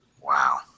Wow